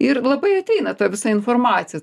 ir labai ateina ta visa informacija